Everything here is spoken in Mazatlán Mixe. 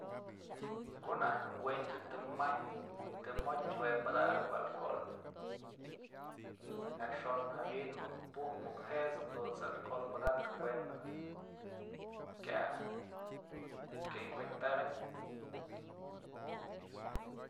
Ko'o najtyë du'u wentyë tëm jañ tem jotyë jua padakëp alcohol yajxon jawi'in muk puj muk jet'sëp jadunt's alcohol padaknëp we'en kya kya infectaratyë.